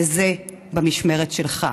וזה במשמרת שלך.